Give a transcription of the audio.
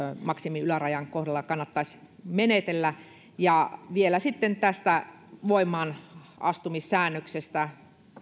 maksimiylärajan kohdalla kannattaisi menetellä vielä tästä voimaanastumissäännöksestä